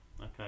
okay